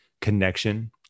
connection